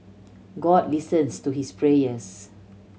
God listens to his prayers